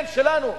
כן, שלנו.